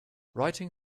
writing